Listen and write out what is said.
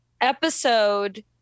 episode